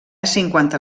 cinquanta